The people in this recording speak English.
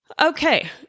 Okay